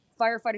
firefighters